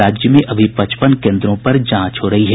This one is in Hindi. राज्य में अभी पचपन केन्द्रों पर जांच हो रही है